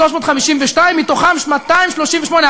352. מתוכם יש 238,